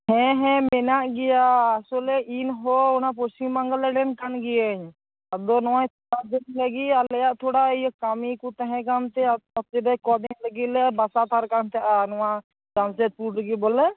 ᱦᱮᱸ ᱦᱮᱸ ᱢᱮᱱᱟᱜ ᱜᱮᱭᱟ ᱟᱥᱚᱞᱮ ᱤᱧᱦᱚᱸ ᱚᱱᱟ ᱯᱚᱥᱪᱷᱤᱢ ᱵᱟᱝᱞᱟ ᱨᱮᱱ ᱠᱟᱱ ᱜᱤᱭᱟᱹᱧ ᱟᱫᱚ ᱱᱚᱣᱟ ᱟᱞᱮᱭᱟ ᱛᱷᱳᱲᱟ ᱤᱭᱟᱹ ᱠᱟᱹᱢᱤᱠᱚ ᱛᱟᱦᱮᱸᱠᱟᱱ ᱛᱮ ᱠᱚᱫᱤᱱ ᱞᱟᱹᱜᱤᱫᱞᱮ ᱵᱟᱥᱟ ᱦᱟᱛᱟᱲ ᱟᱠᱟᱱ ᱛᱟᱦᱮᱸᱫᱼᱟ ᱱᱚᱣᱟ ᱡᱟᱢᱥᱮᱫᱯᱩᱨ ᱨᱮᱜᱮ ᱵᱚᱞᱮ